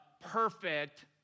perfect